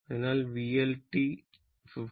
അതിനാൽ VL t 56